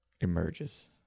emerges